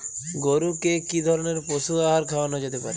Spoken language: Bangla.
গরু কে কি ধরনের পশু আহার খাওয়ানো যেতে পারে?